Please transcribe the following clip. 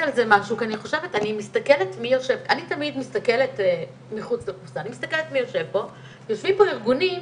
לגעת באבחון האם יש לנו נגישות למערך כמו מירב בכל הארץ?